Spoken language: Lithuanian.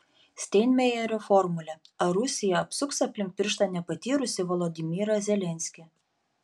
steinmeierio formulė ar rusija apsuks aplink pirštą nepatyrusį volodymyrą zelenskį